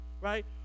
Right